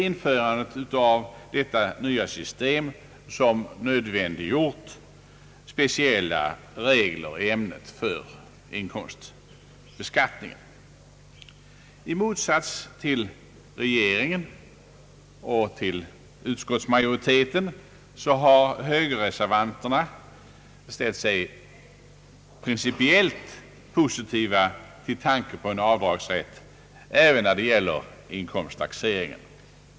Införandet av systemet nödvändiggjorde speciella regler för inkomstbeskattningen i detta avseende. I motsats till regeringen och utskottsmajoriteten har högerreservanterna ställt sig principiellt positiva till tanken på en avdragsrätt även när det gäller inkomsttaxeringen.